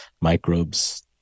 microbes